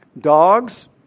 Dogs